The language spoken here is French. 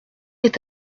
est